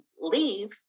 leave